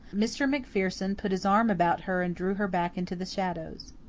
mr. macpherson put his arm about her and drew her back into the shadows.